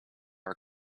are